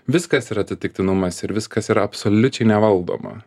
viskas yra atsitiktinumas ir viskas yra absoliučiai nevaldoma